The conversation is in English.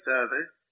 Service